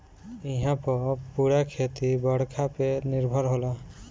इहां पअ पूरा खेती बरखा पे निर्भर होला